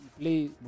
play